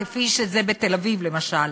כפי שזה בתל-אביב למשל.